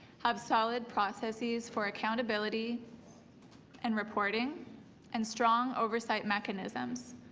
have solid processes for accountability and reporting and strong oversight mechanisms.